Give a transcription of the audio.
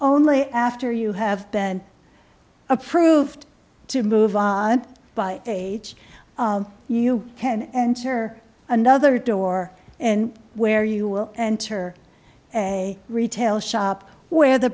only after you have been approved to move on by the age you can enter another door and where you will enter a retail shop where the